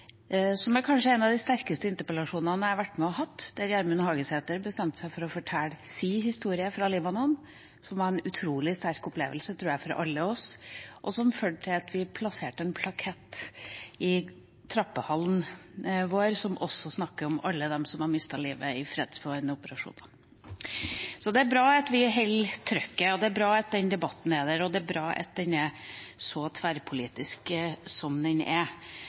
som kanskje er en av de sterkeste interpellasjonene jeg har vært med på å ha, der Gjermund Hagesæter bestemte seg for å fortelle sin historie fra Libanon, som jeg tror var en utrolig sterk opplevelse for oss alle, og som førte til at vi plasserte en plakett i trappehallen vår som også forteller om alle dem som har mistet livet i fredsbevarende operasjoner. Så det er bra at vi holder trøkket, det er bra at den debatten er der, og det er bra at den er så tverrpolitisk som den er,